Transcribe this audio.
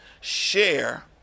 share